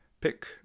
pick